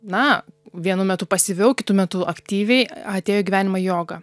na vienu metu pasyviau kitu metu aktyviai atėjo į gyvenimą joga